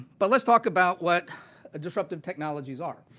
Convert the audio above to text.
but let's talk about what a disruptive technology is. ah